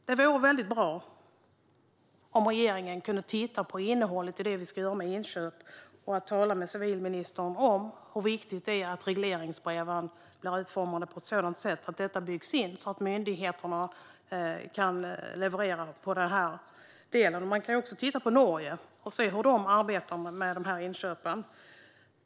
Det vore mycket bra om regeringen kunde titta på innehållet när det gäller vad som ska göras vid inköp och tala med civilministern om hur viktigt det är att regleringsbreven blir utformade på ett sådant sätt att detta byggs in, så att myndigheterna kan leverera i denna del. Man kan också titta på Norge och se hur de arbetar med dessa inköp.